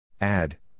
Add